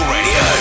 Radio